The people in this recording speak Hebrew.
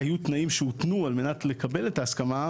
היו תנאים שהותנו על מנת לקבל את ההסכמה,